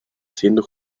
siendo